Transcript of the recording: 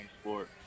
sport